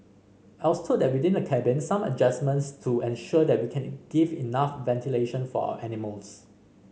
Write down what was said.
I was told that within the cabin some adjustments to ensure that we can give enough ventilation for our animals